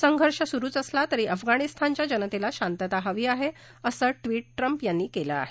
संघर्ष सुरुच असला तरी अफगाणिस्तानच्या जनतेला शांतता हवी आहे असं ट्विट ट्रम्प यांनी केलं आहे